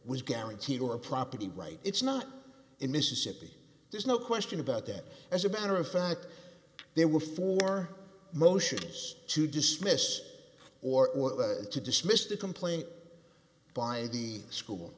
was guaranteed or a property right it's not in mississippi there's no question about that as a matter of fact there were four motions to dismiss or to dismissed a complaint by the school